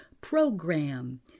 Program